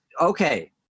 Okay